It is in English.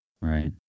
Right